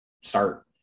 start